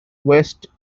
west